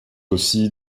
aussi